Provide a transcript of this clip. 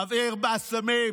מבעיר את האסמים.